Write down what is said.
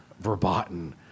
verboten